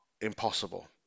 impossible